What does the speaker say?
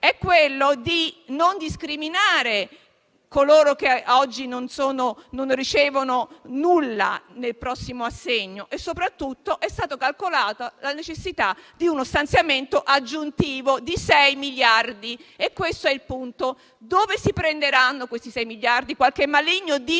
è quello di non discriminare coloro che oggi non riceveranno nulla nel prossimo assegno. Soprattutto, è stata calcolata la necessità di uno stanziamento aggiuntivo di 6 miliardi. Questo è il punto: dove si prenderanno? Qualche maligno dice